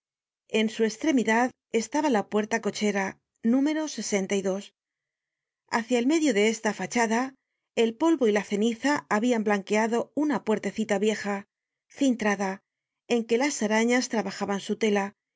en su estremidad estaba la puerta-cochera número hacia el medio de esta fachada el polvo y la ceniza habían blanqueado una puertecita vieja cintrada en que las arañas trabajaban su tela